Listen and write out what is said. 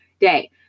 day